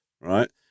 right